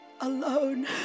alone